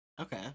Okay